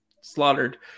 slaughtered